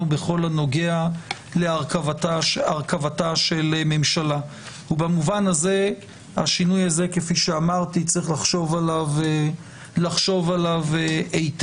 בכל הנוגע להרכבתה של ממשלה ולכן צריך לחשוב עליו היטב.